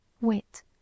Wit